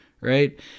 right